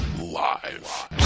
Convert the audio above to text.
live